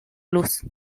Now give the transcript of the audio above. luz